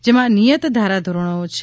જેમાં નિયત ધારા ધોરણો છે